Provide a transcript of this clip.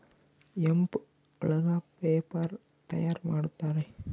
hemp ಒಳಗ paper ತಯಾರ್ ಮಾಡುತ್ತಾರೆ